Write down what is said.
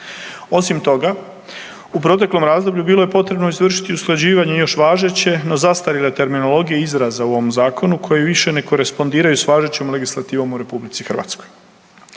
Osim toga, u proteklom razdoblju bilo je potrebno izvršiti usklađivanje još važeće no zastarjele terminologije izraza u ovom zakonu koji više ne korespondiraju s važećom legislativom u RH.